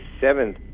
seventh